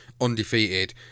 undefeated